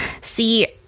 See